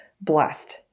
blessed